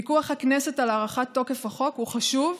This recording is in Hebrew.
פיקוח הכנסת על הארכת תוקף החוק הוא חשוב,